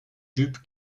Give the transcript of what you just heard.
jupe